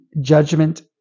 judgment